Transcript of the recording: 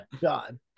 God